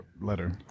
letter